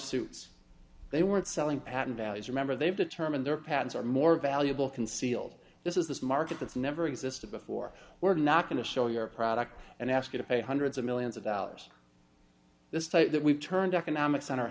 suits they weren't selling patent values remember they've determined their patents are more valuable concealed this is this market that's never existed before we're not going to show your product and ask you to pay hundreds of millions of dollars this tight that we've turned economics on